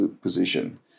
position